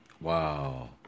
wow